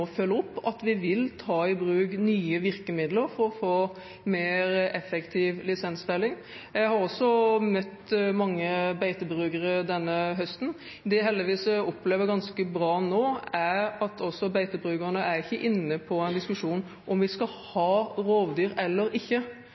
opp, at vi vil ta i bruk nye virkemidler for å få mer effektiv lisensfelling. Jeg har også møtt mange beitebrukere denne høsten. Det jeg heldigvis opplever er ganske bra nå, er at heller ikke beitebrukerne er inne på en diskusjon om vi skal ha rovdyr eller ikke.